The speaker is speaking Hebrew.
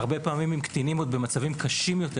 הרבה פעמים הם קטינים במצבים קשים יותר,